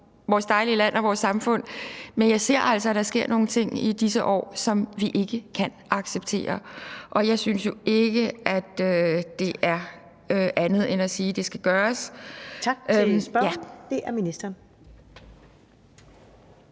vores dejlige land og vores samfund, men jeg ser altså, at der sker nogle ting i disse år, som vi ikke kan acceptere, og jeg synes jo ikke, at der er andet at sige, end at det skal gøres. Kl. 17:19 Første næstformand